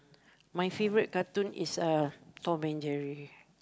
my favourite cartoon is uh Tom-and-Jerry